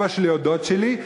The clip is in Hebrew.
אבא שלי או דוד שלי,